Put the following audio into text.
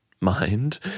mind